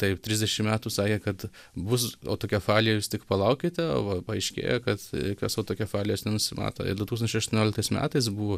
taip trisdešim metų sakė kad bus autokefalija jūs tik palaukite o va paaiškėja kad jokios autokefalijos nenusimato ir du tūkstančiai aštuonioliktais metais buvo